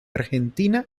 argentina